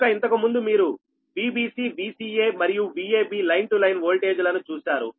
కనుక ఇంతకుముందు మీరు Vbc Vca మరియు Vab line to line voltage లను చూశారు